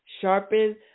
sharpen